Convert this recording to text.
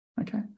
Okay